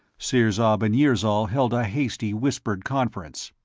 sirzob and yirzol held a hasty whispered conference.